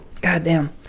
Goddamn